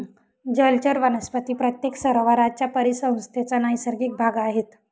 जलचर वनस्पती प्रत्येक सरोवराच्या परिसंस्थेचा नैसर्गिक भाग आहेत